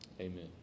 Amen